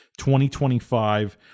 2025